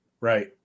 Right